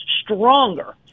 stronger